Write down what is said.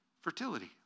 fertility